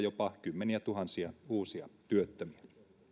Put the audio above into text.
jopa kymmeniätuhansia uusia työttömiä